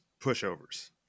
pushovers